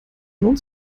lohnt